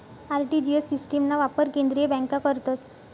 RTGS सिस्टिमना वापर केंद्रीय बँका करतस